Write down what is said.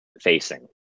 facing